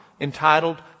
entitled